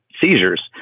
seizures